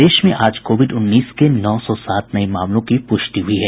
प्रदेश में आज कोविड उन्नीस के नौ सौ सात नये मामलों की प्रष्टि हुई है